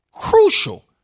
crucial